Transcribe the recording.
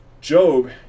Job